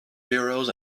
bureaus